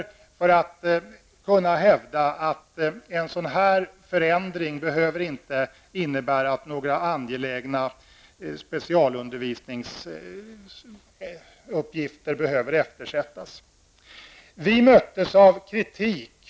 Detta gjorde vi för att kunna hävda att en sådan här förändring inte behöver innebära att några angelägna specialundervisningsuppgifter behöver eftersättas.